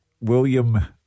William